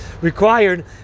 required